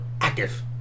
active